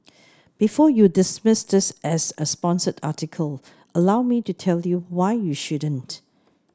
before you dismiss this as a sponsored article allow me to tell you why you shouldn't